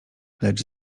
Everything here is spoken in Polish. lecz